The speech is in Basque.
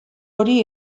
hori